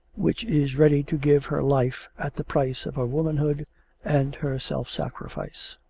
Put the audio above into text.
which is ready to give her life at the price of her womanhood and her self-sacrifice.